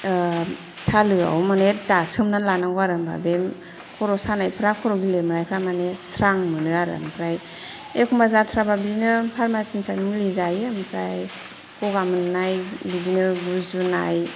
थालोआव माने दासोमना लानांगौ आरो होनबा बे खर'साननायफ्रा खर' गिलिर मोननायफ्रा माने स्रां मोनो आरो ओमफ्राय एखम्बा जाथ्राबा बिदिनो फारमाचिनिफ्राय मुलि जायो ओमफ्राय गगा मोननाय बिदिनो गुजुनाय